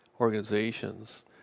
organizations